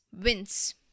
Wins